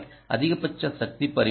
அதிகபட்ச சக்தி பரிமாற்றம்